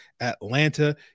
Atlanta